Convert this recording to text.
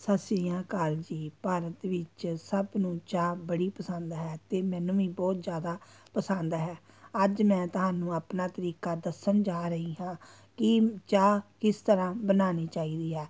ਸਤਿ ਸ਼੍ਰੀ ਅਕਾਲ ਜੀ ਭਾਰਤ ਵਿੱਚ ਸਭ ਨੂੰ ਚਾਹ ਬੜੀ ਪਸੰਦ ਹੈ ਅਤੇ ਮੈਨੂੰ ਵੀ ਬਹੁਤ ਜ਼ਿਆਦਾ ਪਸੰਦ ਹੈ ਅੱਜ ਮੈਂ ਤੁਹਾਨੂੰ ਆਪਣਾ ਤਰੀਕਾ ਦੱਸਣ ਜਾ ਰਹੀ ਹਾਂ ਕਿ ਚਾਹ ਕਿਸ ਤਰ੍ਹਾਂ ਬਣਾਉਣੀ ਚਾਹੀਦੀ ਆ